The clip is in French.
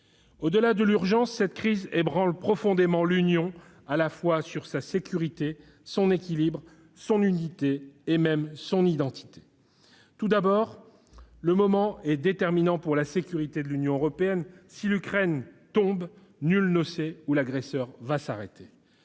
Au-delà de l'urgence, cette crise ébranle profondément l'Union, qu'il s'agisse de sa sécurité, de son équilibre, de son unité ou même de son identité. Tout d'abord, nous vivons un moment déterminant pour la sécurité de l'Union européenne. Si l'Ukraine tombe, nul ne sait où l'agresseur va s'arrêter.